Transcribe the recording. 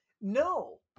No